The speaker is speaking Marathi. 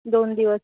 दोन दिवस